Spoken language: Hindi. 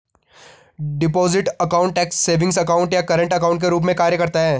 deposit account tax savings account या करंट अकाउंट के रूप में कार्य करता है